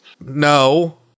No